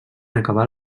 acabar